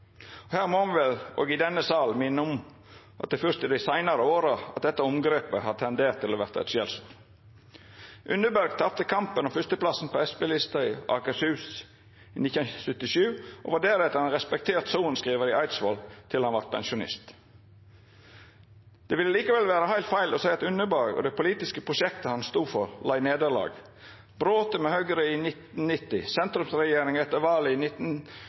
og demonstrerte til fulle at også senterpartistar hadde internasjonal orientering. Han var kan henda ein populist i beste meining av ordet. Her må me vel – i denne sal – minna om at det fyrst er dei seinare åra at dette omgrepet har tendert til å verta eit skjellsord. Unneberg tapte kampen om fyrsteplassen på Senterparti-lista i Akershus i 1977, og han var deretter ein respektert sorenskrivar i Eidsvoll til han vart pensjonist. Det ville likevel vera heilt feil å seia at Unneberg og det politiske prosjektet han stod for,